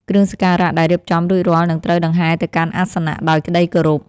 គ្រឿងសក្ការៈដែលរៀបចំរួចរាល់នឹងត្រូវដង្ហែទៅកាន់អាសនៈដោយក្តីគោរព។